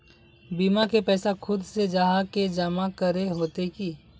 बीमा के पैसा खुद से जाहा के जमा करे होते की?